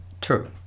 True